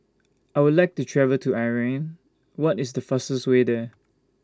I Would like to travel to Ukraine What IS The fastest Way There